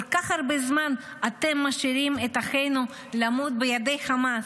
כל כך הרבה זמן אתם משאירים את אחינו בידי חמאס,